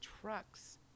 trucks